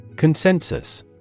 Consensus